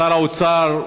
שר האוצר,